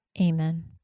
Amen